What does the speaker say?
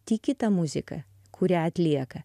tiki ta muzika kurią atlieka